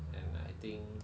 and I think